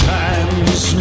times